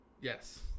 Yes